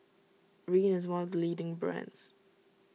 Rene is one of leading brands